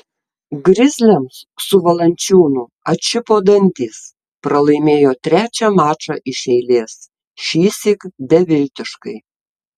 grizliams su valančiūnu atšipo dantys pralaimėjo trečią mačą iš eilės šįsyk beviltiškai